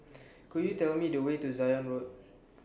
Could YOU Tell Me The Way to Zion Road